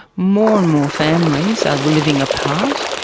more and more families are living apart,